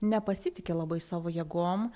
nepasitiki labai savo jėgom